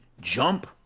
jump